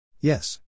Yes